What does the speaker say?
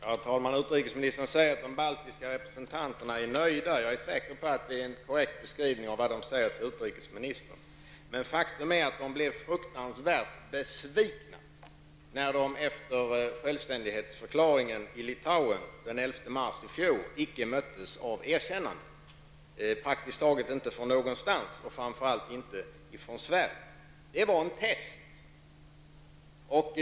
Herr talman! Utrikesministern säger att de baltiska representanterna är nöjda. Jag är säker på att det är en korrekt beskrivning av vad de säger till utrikesministern. Men faktum är att litauerna blev fruktansvärt besvikna när de efter självständighetsförklaringen den 11 mars i fjol inte möttes av erkännanden, praktiskt taget inte från något håll och framför allt inte från Sverige.